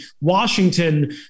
Washington